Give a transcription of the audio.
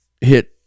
hit